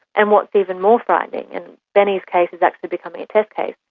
and what's even more frightening, and benny's case is actually becoming a test case,